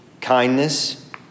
kindness